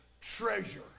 treasure